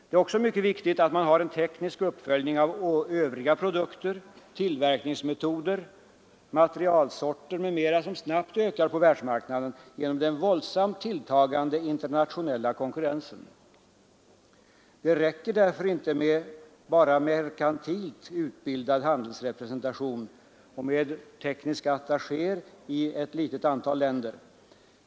Det är också mycket viktigt att man har en teknisk uppföljning av övriga produkter, tillverkningsmetoder, materialsorter m.m. som snabbt ökar på världsmarknaden genom den våldsamt tilltagande internationella konkurrensen. Det räcker därför inte med merkantilt utbildad handelsrepresentation och med tekniska attachéer i ett litet antal länder.